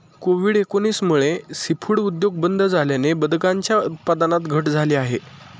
Covid एकोणीस मुळे seafood उद्योग बंद झाल्याने बदकांच्या उत्पादनात घट झाली आहे